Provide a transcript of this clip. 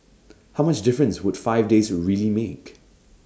how much difference would five days really make